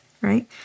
right